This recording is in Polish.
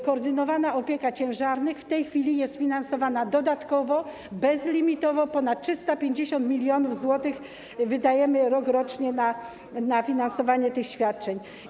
Koordynowana opieka nad ciężarnymi w tej chwili jest finansowana dodatkowo, bezlimitowo, ponad 350 mln zł wydajemy rokrocznie na finansowanie tych świadczeń.